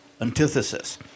antithesis